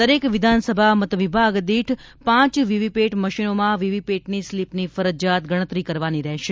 દરેક વિધાનસભા મતવિભાગ દીઢ પાંચ વીવીપેટ મશીનોમાં વીવીપેટની સ્લીપની ફરજીયાત ગણતરી કરવાની રહેશે